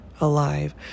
alive